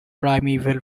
primeval